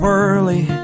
early